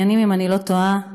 אם אני לא טועה,